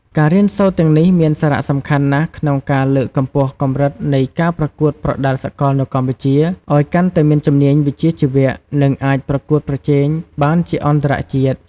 ការរៀនសូត្រទាំងនេះមានសារៈសំខាន់ណាស់ក្នុងការលើកកម្ពស់កម្រិតនៃការប្រកួតប្រដាល់សកលនៅកម្ពុជាឲ្យកាន់តែមានជំនាញវិជ្ជាជីវៈ និងអាចប្រកួតប្រជែងបានជាអន្តរជាតិ។